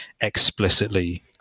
explicitly